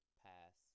pass